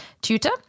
tutor